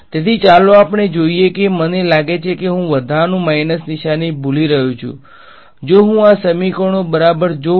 તેથી ચાલો આપણે જોઈએ કે મને લાગે છે કે હું વધારાનુ માઇનસ નિશાની ભુલી રહ્યો છું જો હું આ સમીકરણો બરાબર જોઉં તો